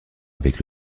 avec